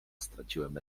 straciłem